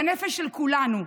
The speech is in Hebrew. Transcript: בנפש של כולנו,